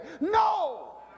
no